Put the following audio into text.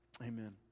Amen